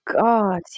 God